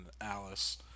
Alice